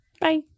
Bye